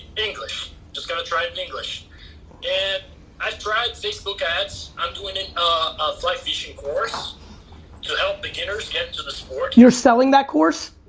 english. just gotta try it in english and i tried facebook ads. i'm doing a fly fishing course to help beginners get into the sport. you're selling that course?